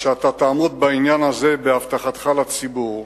שאתה תעמוד בעניין הזה בהבטחתך לציבור,